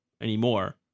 anymore